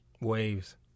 Waves